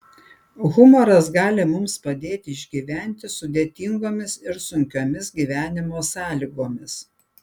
humoras gali mums padėti išgyventi sudėtingomis ir sunkiomis gyvenimo sąlygomis